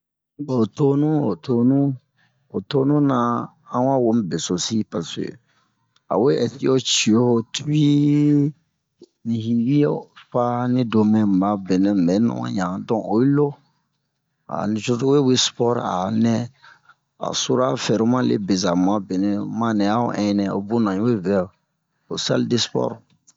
Bon ho tonu ho tonu ho tonu na a wa wo mu besosi paseke a we ɛsi o cio tu'i hibio fani domɛ mu'a benɛ mu bɛ no'oɲa don oyi lo a nicozo we we spor a nɛ a'o sura fɛroma le beza mu a benɛ mu ma nɛ a'o ɛnin o buna un we vɛ ho sal-de-spor